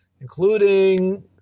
including